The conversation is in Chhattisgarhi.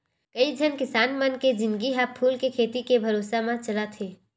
कइझन किसान मन के जिनगी ह फूल के खेती के भरोसा म चलत हे